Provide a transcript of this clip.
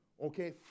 Okay